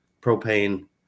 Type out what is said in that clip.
propane